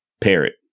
Parrot